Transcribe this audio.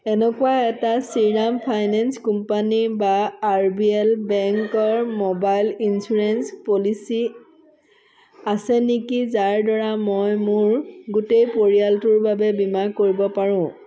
এনেকুৱা এটা Shriram finance company বা আৰবিএল বেংকৰ মোবাইল ইঞ্চুৰেঞ্চ পলিচী আছে নেকি যাৰ দ্বাৰা মই মোৰ গোটেই পৰিয়ালটোৰ বাবে বীমা কৰিব পাৰোঁ